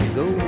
go